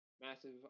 Massive